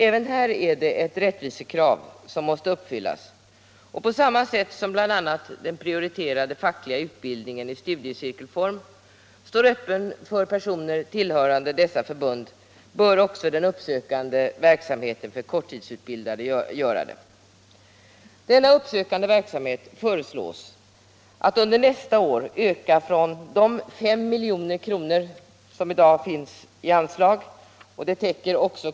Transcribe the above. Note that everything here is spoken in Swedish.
Även här är det ett rättvisekrav som måste uppfyllas, och på samma sätt som bl.a. den prioriterade fackliga utbildningen i studiecirkelform står öppen för personer tillhörande dessa förbund bör också den uppsökande verksamheten för korttidsutbildade göra det. Denna uppsökande verksamhet föreslås under nästa år öka genom en höjning av anslaget från i dag 5 milj.kr., inkl.